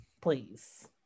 please